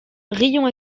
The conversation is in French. riom